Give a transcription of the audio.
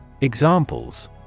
examples